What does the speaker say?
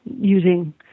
using